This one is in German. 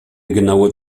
genaue